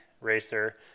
racer